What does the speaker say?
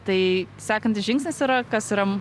tai sekantis žingsnis yra kas yra